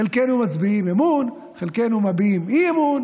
חלקנו מצביעים אמון, חלקנו מביעים אי-אמון